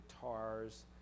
guitars